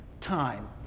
time